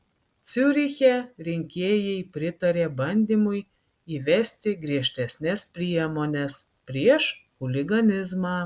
ciuriche rinkėjai pritarė bandymui įvesti griežtesnes priemones prieš chuliganizmą